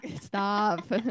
Stop